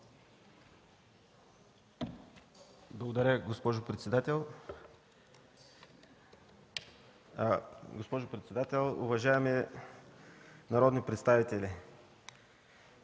Благодаря, госпожо председател. Госпожо председател, уважаеми народни представители!